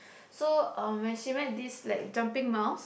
so um when she met this like jumping mouse